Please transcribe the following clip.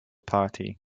party